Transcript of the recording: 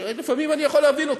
ולפעמים אני יכול להבין אתכם.